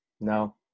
No